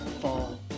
Fall